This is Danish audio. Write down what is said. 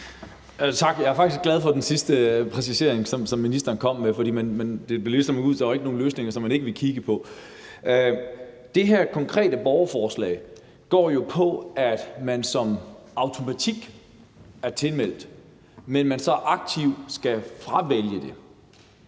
Tak. Jeg er faktisk glad for den sidste præcisering, som ministeren kom med, om, at der ikke var nogen løsninger, som man ikke ville kigge på. Det her konkrete borgerforslag går jo på, at man som automatik er tilmeldt, men at man så aktivt skal fravælge det.